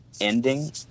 ending